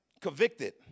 convicted